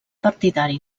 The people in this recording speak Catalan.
partidari